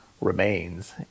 remains